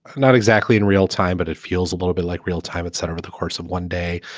not exactly in real time, but it feels a little bit like real time it set over the course of one day.